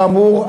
כאמור,